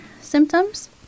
symptoms